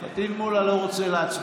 אינו מצביע פטין מולא לא רוצה להצביע.